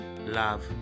Love